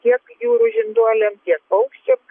tiek jūrų žinduoliam tiek paukščiam